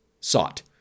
Sought